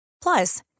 Plus